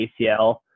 ACL